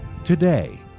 today